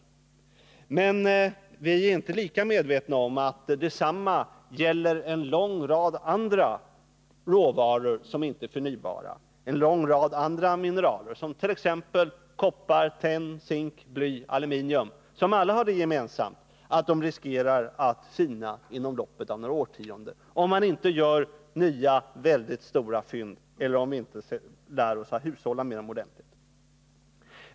Vi är emellertid inte lika medvetna om att detsamma gäller en lång rad andra råvaror som inte är förnybara. Det gäller flera mineral, t.ex. koppar, tenn, zink, bly och aluminium, som alla har det gemensamt att de kan komma att sina inom loppet av några årtionden, om det inte görs nya mycket stora fynd eller om vi inte lär oss att hushålla ordentligt.